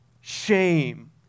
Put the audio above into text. shame